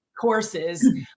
courses